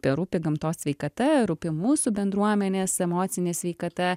rūpi gamtos sveikata rūpi mūsų bendruomenės emocinė sveikata